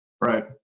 Right